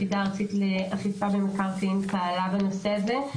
היחידה הארצית לאכיפה במקרקעין פעלה בנושא הזה.